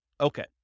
Okay